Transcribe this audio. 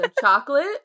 chocolate